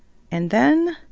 and then.